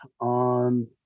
on